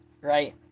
right